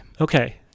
Okay